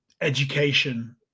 education